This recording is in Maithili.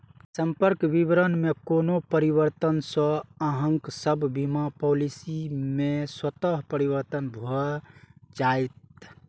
संपर्क विवरण मे कोनो परिवर्तन सं अहांक सभ बीमा पॉलिसी मे स्वतः परिवर्तन भए जाएत